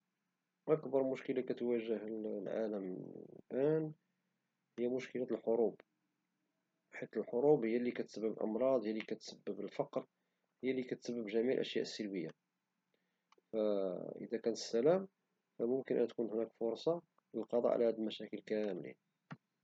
أكبر إشكالية لي ممكن يواجها الانسان دابا أو في المستقبل هي الإشكالية ديال البيئة، البيئة المستدامة الانسان اذا محاولشي يحل هد الإشكالات المرتبطة بالاحتباس الحرارري ومجموعة ديال الإشكالات المرتبطة به فغتكون الحياة ديال الأجيال القادمة صعيبة بزاف.